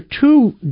two